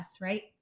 right